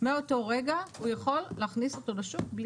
מאותו רגע, הוא יכול להכניס אותו לשוק.